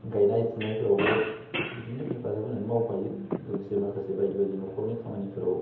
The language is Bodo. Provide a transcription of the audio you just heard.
गायनाय फुनाय फोरावबो बिदिनो हेफाजाब होनानै मावफायो लोगोसे माखासे बायदि बायदि न'खरनि खामानिफोराव